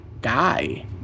guy